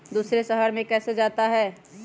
दूसरे शहर मे कैसे जाता?